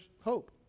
hope